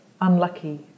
unlucky